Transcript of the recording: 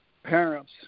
parents